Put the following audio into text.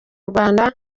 rwanda